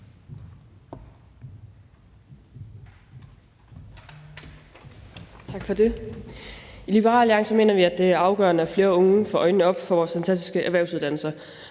Tak for det. I Liberal Alliance mener vi, at det er afgørende, at flere unge får øjnene op for vores fantastiske erhvervsuddannelser.